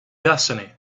destiny